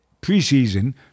Pre-season